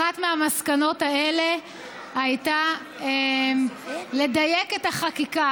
אחת מהמסקנות האלה הייתה לדייק את החקיקה,